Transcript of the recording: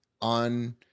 on